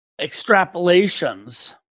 extrapolations